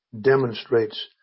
demonstrates